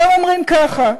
והם אומרים ככה: